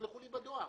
תשלחו לי בדואר.